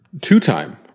two-time